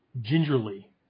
gingerly